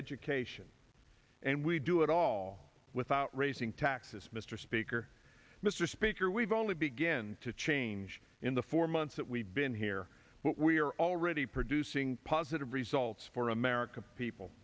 education and we do it all without raising taxes mr speaker mr speaker we've only began to change in the four months that we've been here but we are already producing positive results for american people